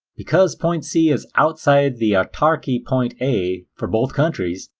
because point c is outside the autarky point a for both countries,